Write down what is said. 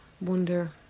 wonder